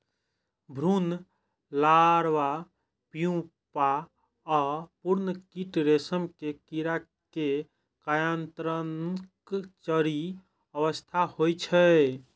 भ्रूण, larva, pupa आ पूर्ण कीट रेशम के कीड़ा के कायांतरणक चारि अवस्था होइ छै